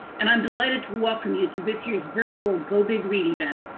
and i'm delighted to welcome you to this year's virtual go big read event,